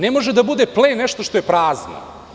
Ne može da bude plen nešto što je prazno.